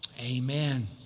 Amen